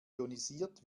ionisiert